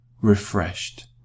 refreshed